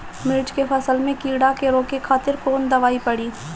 मिर्च के फसल में कीड़ा के रोके खातिर कौन दवाई पड़ी?